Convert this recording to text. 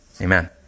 Amen